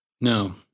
No